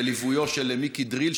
בליוויו של מיקי דריל,